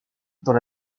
dans